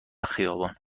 خیابان